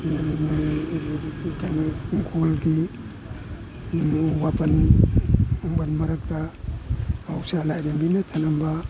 ꯏꯪꯈꯣꯜꯒꯤ ꯋꯥꯄꯟ ꯈꯣꯡꯕꯥꯟ ꯃꯔꯛꯇ ꯃꯍꯧꯁꯥ ꯂꯥꯏꯔꯦꯝꯕꯤꯅ ꯊꯅꯝꯕ